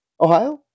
Ohio